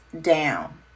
down